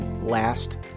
last